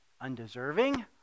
undeserving